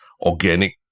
organic